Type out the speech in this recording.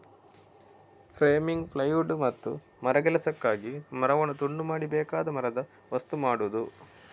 framing, plywood ಮತ್ತು ಮರಗೆಲಸಕ್ಕಾಗಿ ಮರವನ್ನು ತುಂಡು ಮಾಡಿ ಬೇಕಾದ ಮರದ ವಸ್ತು ಮಾಡುದು